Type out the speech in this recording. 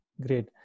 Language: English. Great